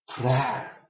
Prayer